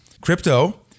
Crypto